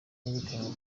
herekanwe